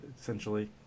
essentially